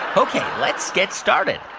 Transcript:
ah ok, let's get started.